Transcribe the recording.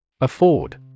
Afford